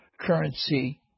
currency